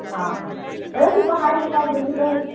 हँ हँ बहुते पढ़ाइ लिखाइ जरूरी रहै कि